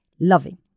loving